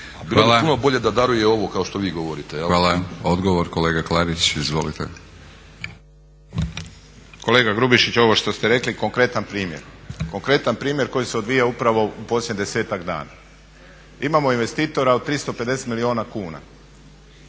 Bilo bi puno bolje da daruje ovo kao što vi govorite. **Batinić, Milorad (HNS)** Hvala. Odgovor, kolega Klarić izvolite. **Klarić, Tomislav (HDZ)** Kolega Grubišić, ovo što ste rekli konkretan primjer. Konkretan primjer koji se odvija upravo u posljednjih 10-ak dana. Imamo investitora od 350 milijuna kuna,